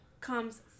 comes